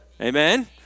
amen